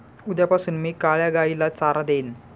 उद्यापासून मी काळ्या गाईला चारा देईन